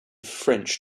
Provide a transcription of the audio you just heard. french